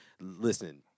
listen